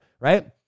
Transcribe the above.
right